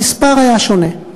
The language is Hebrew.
המספר היה שונה.